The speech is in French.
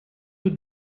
tout